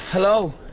Hello